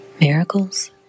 Miracles